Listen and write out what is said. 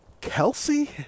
Kelsey